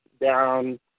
down